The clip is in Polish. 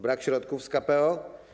Brak środków z KPO.